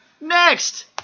Next